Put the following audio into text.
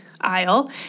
aisle